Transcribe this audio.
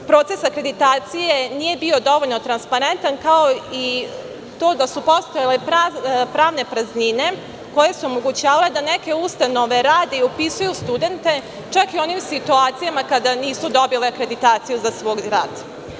Proces akreditacije nije bio dovoljno transparentan, kao i to da su postojale pravne praznine, koje su omogućavale da neke ustanove rade i upisuju studente čak i u onim situacijama kada nisu dobile akreditaciju za svoj rad.